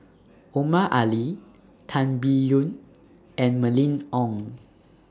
Omar Ali Tan Biyun and Mylene Ong